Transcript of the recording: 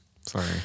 Sorry